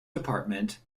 department